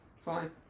fine